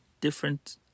different